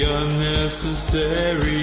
unnecessary